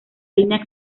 línea